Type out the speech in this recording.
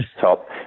top